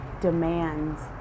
demands